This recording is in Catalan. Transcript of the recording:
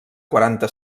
quaranta